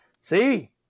See